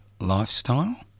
lifestyle